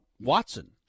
Watson